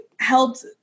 helped